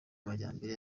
amajyambere